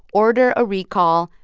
order a recall,